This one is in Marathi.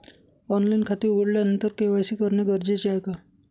ऑनलाईन खाते उघडल्यानंतर के.वाय.सी करणे गरजेचे आहे का?